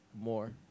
more